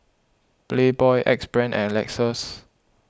Playboy Axe Brand and Lexus